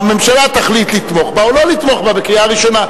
הממשלה תחליט לתמוך בה או לא לתמוך בה בקריאה ראשונה.